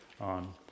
on